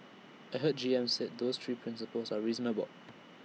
I heard G M said those three principles are reasonable